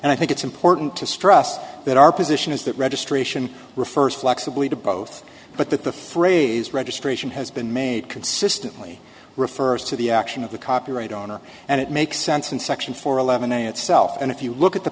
and i think it's important to stress that our position is that registration refers flexibly to both but that the phrase registration has been made consistently refers to the action of the copyright owner and it makes sense in section four eleven a itself and if you look at the